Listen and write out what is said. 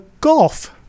golf